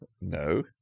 No